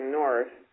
north